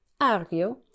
argue